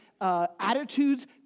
attitudes